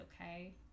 okay